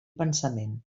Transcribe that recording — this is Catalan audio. pensament